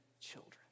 children